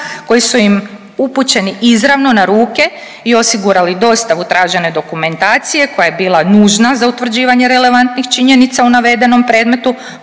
koji su im upućeni izravno na ruke i osigurali dostavu tražene dokumentacije koja je bila nužna za utvrđivanje relevantnih činjenica u navedenom predmetu